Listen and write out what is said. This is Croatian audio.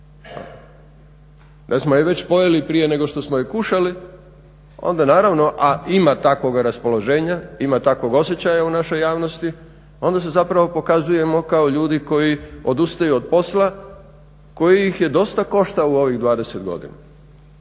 da smo je već pojeli prije nego smo je kušali, onda naravno a ima takvoga raspoloženja, ima takvog osjećaja u našoj javnosti, onda se zapravo pokazujemo kao ljudi koji odustaju od posla, koji ih je dosta koštao u ovih dvadeset godina.